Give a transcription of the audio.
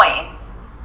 points